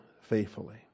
faithfully